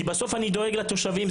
כי בסוף אני דואג לתושבים.